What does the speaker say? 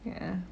ya